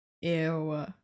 Ew